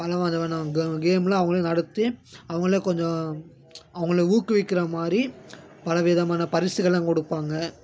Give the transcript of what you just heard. பல கேமுலாம் அவங்களே நடத்தி அவங்களே கொஞ்சம் அவங்கள ஊக்குவிக்கிற மாதிரி பல விதமான பரிசுகள்லாம் கொடுப்பாங்க